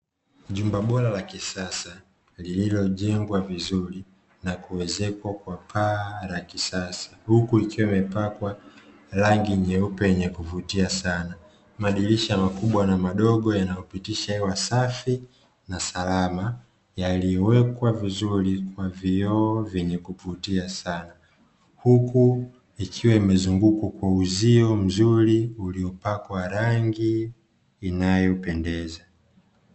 Jengo kubwa la kisasa lililojengwa vizuri na kuwezekwa kwa paa la kisasa, huku ikiwa imepakwa rangi nyeupe yenye kuvutia sana madirisha makubwa na madogo, yanayopitisha hewa safi na salama yaliyowekwa vizuri kwa vioo vyenye kuvutia sana, huku ikiwa imezungukwa kwa uzio mzuri uliopakwa rangi inayopendeza.